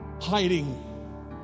hiding